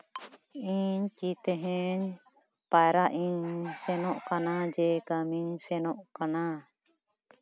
ᱤᱧ ᱠᱤ ᱛᱮᱦᱤᱧ ᱯᱟᱭᱨᱟᱜ ᱤᱧ ᱥᱮᱱᱚᱜ ᱠᱟᱱᱟ ᱡᱮ ᱠᱟᱹᱢᱤᱧ ᱥᱮᱱᱚᱜ ᱠᱟᱱᱟ